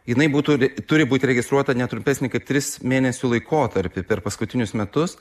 jinai būtų turi būt registruota ne trumpesnė kaip tris mėnesių laikotarpį per paskutinius metus